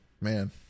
Man